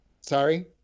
Sorry